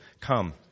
come